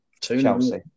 Chelsea